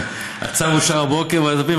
הצו אושר הבוקר בוועדת הפנים,